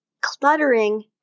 Cluttering